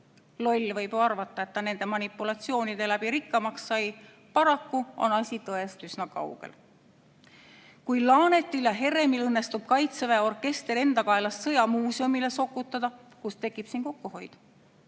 Loll võib ju arvata, et ta nende manipulatsioonidega rikkamaks sai. Paraku on asi tõest üsna kaugel. Kui Laanetil ja Heremil õnnestub Kaitseväe orkester enda kaelast sõjamuuseumile sokutada, kus tekib siin kokkuhoid?